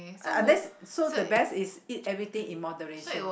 unless so the best is eat everything in moderation